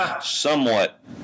somewhat